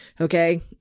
Okay